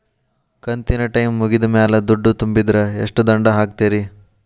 ಕಂತಿನ ಟೈಮ್ ಮುಗಿದ ಮ್ಯಾಲ್ ದುಡ್ಡು ತುಂಬಿದ್ರ, ಎಷ್ಟ ದಂಡ ಹಾಕ್ತೇರಿ?